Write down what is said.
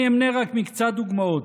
אני אמנה רק מקצת דוגמאות.